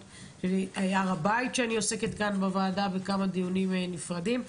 הר הבית בו אני עוסקת בוועדה בכמה דיונים נפרדים.